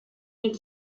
den